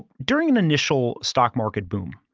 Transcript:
during an initial stock market boom,